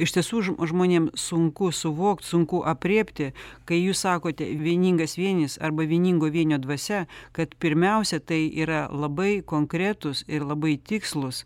iš tiesų žmonėm sunku suvokt sunku aprėpti kai jūs sakote vieningas vienis arba vieningo vienio dvasia kad pirmiausia tai yra labai konkretūs ir labai tikslūs